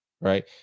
Right